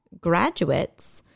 graduates